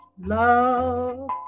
love